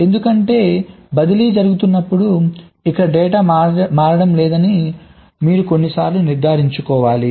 ఎందుకంటే ఈ బదిలీ జరుగుతున్నప్పుడు ఇక్కడ డేటా మారడం లేదని మీరు కొన్నిసార్లు నిర్ధారించుకోవాలి